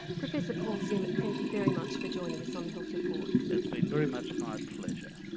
professor paul zimmet thank you very much for joining us on the health report. it's been very much my pleasure.